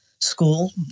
school